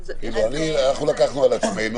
אנחנו לקחנו על עצמנו,